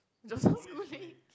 Joseph-Schooling